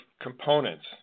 components